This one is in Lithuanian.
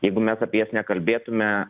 jeigu mes apie jas nekalbėtume